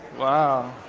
wow.